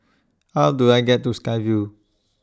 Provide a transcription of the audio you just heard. How Do I get to Sky Vue